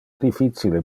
difficile